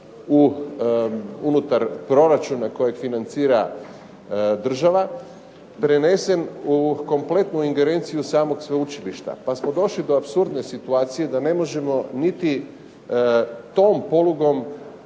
unutar proračuna kojeg financira država prenesen u kompletnu ingerenciju samog sveučilišta pa smo došli do apsurdne situacije da ne možemo niti tom polugom